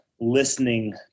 listening